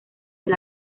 del